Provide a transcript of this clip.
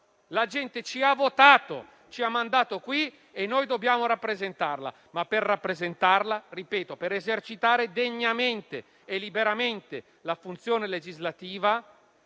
la gente ci ha votato, ci ha mandato qui e noi dobbiamo rappresentarla. Ripeto però che, per rappresentarla, per esercitare degnamente e liberamente la funzione legislativa,